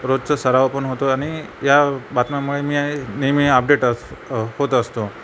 रोजचा सरावपण होतो आणि या बातम्यामुळे मी नेहमी अपडेट असे होत असतो